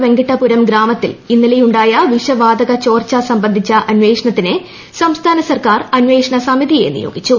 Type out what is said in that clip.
വെങ്കട്ടപുരം ഗ്രാമത്തിൽ ഇന്നലെയുണ്ടായ വിഷവാതകച്ചോർച്ച സംബന്ധിച്ച അന്വേഷണത്തിന് സംസ്ഥാന സർക്കാർ അന്വേഷണ സമിതിയെ നിയോഗിച്ചു